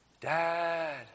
dad